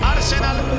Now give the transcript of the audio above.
Arsenal